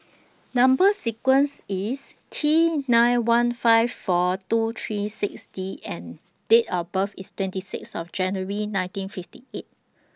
Number sequence IS T nine one five four two three six D and Date of birth IS twenty six of January ninteen fifty eight